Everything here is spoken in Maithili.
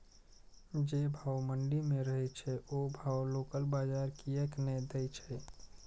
जे भाव मंडी में रहे छै ओ भाव लोकल बजार कीयेक ने दै छै?